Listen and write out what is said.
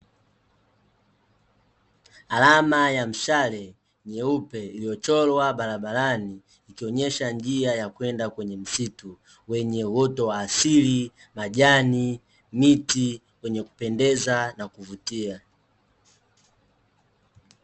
Alama ya mshale nyeupe, iliochorwa barabarani ikionyesha njia ya kwenda kwenye msitu, wenye uoto wa asili, majani, miti wenye kupendeza na kuvutia.